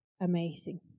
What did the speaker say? Amazing